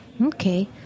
okay